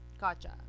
gotcha